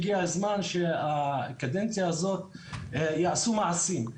הגיע הזמן שהקדנציה הזאת יעשו מעשים.